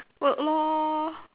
work lor